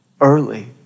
early